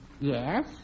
Yes